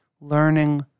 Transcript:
learning